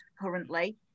currently